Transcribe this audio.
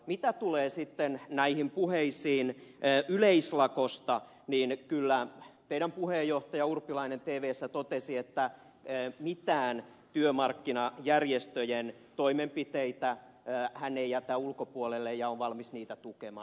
mitä tulee sitten näihin puheisiin yleislakosta niin kyllä teidän puheenjohtajanne urpilainen tvssä totesi että mitään työmarkkinajärjestöjen toimenpiteitä hän ei jätä ulkopuolelle ja on valmis niitä tukemaan